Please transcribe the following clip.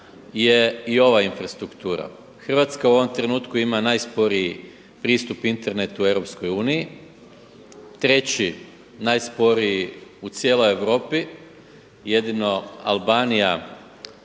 je i ova infrastruktura. Hrvatska u ovom trenutku ima najsporiji pristup internetu u Europskoj uniji. Treći najsporiji u cijeloj Europi, jedino Albanija